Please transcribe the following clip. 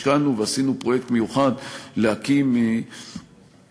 השקענו ועשינו פרויקט מיוחד להקים מקום,